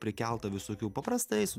prikelta visokių paprastai su